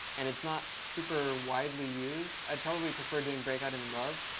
and it's not super widely used. i'd probably prefer doing breakout in love.